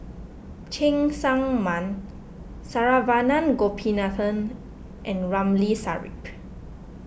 Cheng Tsang Man Saravanan Gopinathan and Ramli Sarip